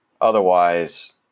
Otherwise